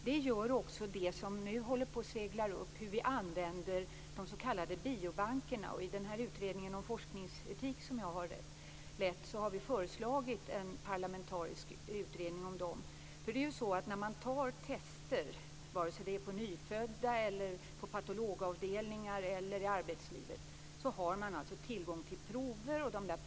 Nu seglar ju användandet av de s.k. biobankerna upp. I utredningen om forskningsetik, som jag har lett, har vi föreslagit en parlamentarisk utredning. Test som tas på nyfödda, patologavdelningar eller på människor i arbetslivet, innebär att det finns tillgång på prover.